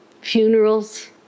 funerals